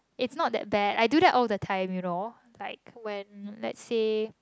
it's not that bad I do that all the time you know like when let's say